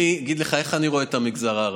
אני אגיד לך איך אני רואה את המגזר הערבי.